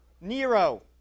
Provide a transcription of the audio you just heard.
Nero